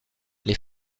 les